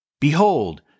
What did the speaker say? Behold